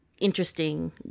interesting